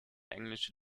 englische